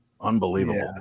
unbelievable